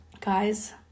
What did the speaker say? guys